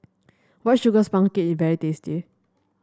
White Sugar Sponge Cake is very tasty